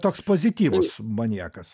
toks pozityvus maniakas